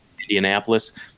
Indianapolis